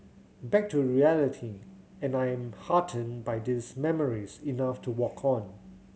back to reality and I am heartened by these memories enough to walk on